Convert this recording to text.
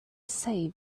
save